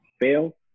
fail